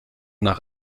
nach